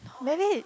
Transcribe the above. maybe